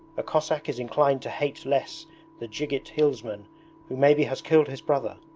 a cossack is inclined to hate less the dzhigit hillsman who maybe has killed his brother,